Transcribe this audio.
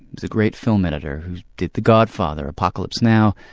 a great film editor who did the godfather, apocalypse now,